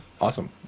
Awesome